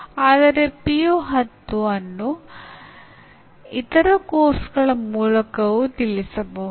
ದುರದೃಷ್ಟವಶಾತ್ ಬೋಧನಾ ಸಮುದಾಯದಲ್ಲೂ ಅಂದಾಜುವಿಕೆ ಮತ್ತು ಮೌಲ್ಯಮಾಪನ ಪದಗಳನ್ನು ಪರಸ್ಪರ ಬದಲಾಯಿಸಲಾಗುತ್ತದೆ